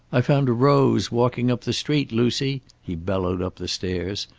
i found a rose walking up the street, lucy, he bellowed up the stairs,